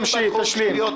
תמשיך, תשלים.